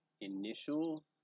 initial